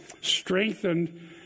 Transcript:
Strengthened